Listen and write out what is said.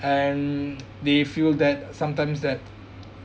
and they feel that sometimes that